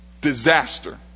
disaster